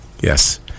Yes